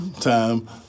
time